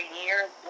years